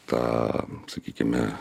tą sakykime